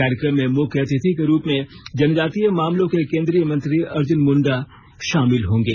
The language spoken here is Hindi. कार्यक्रम में मुख्य अतिथि के रूप में जनजातीय मामलों के केंद्रीय मंत्री अर्जुन मुंडा शामिल होंगे